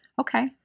Okay